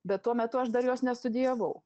bet tuo metu aš dar jos nestudijavau